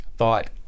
Thought